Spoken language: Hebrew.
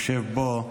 שיושב פה,